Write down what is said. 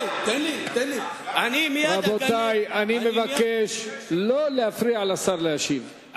אני מבקש לא להפריע לשר להשיב.